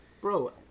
bro